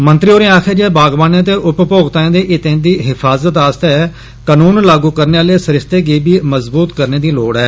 मंत्री होरें आक्खेआ ऐ जे बागवाने ते उपभोक्ताए दे हितें दी हिफाजत आस्तै कनून लागू करने आले सरिस्ते गी बी मजबूत करने दी लोड़ ऐ